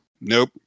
nope